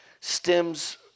stems